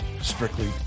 Strictly